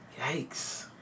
Yikes